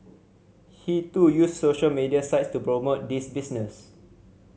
he too used social media sites to promote this business